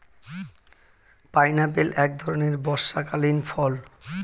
pineapple এক ধরণের বর্ষাকালীন ফল